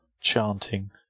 chanting